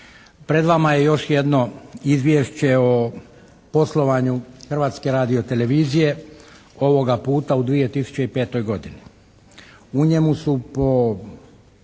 Pred vama je još jedno izvješće o poslovanju Hrvatske radio-televizije, ovoga puta u 2005. godini.